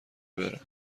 بره